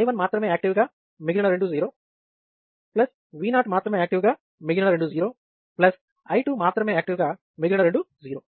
I 1 మాత్రమే active గా మిగిలిన రెండూ '0' V 0 మాత్రమే యాక్టివ్ గా మిగిలిన రెండూ '0' I 2 మాత్రమే యాక్టివ్ గా మిగిలిన రెండూ '0'